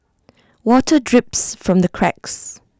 water drips from the cracks